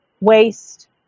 waste